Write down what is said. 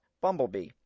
Bumblebee